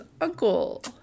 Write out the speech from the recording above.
uncle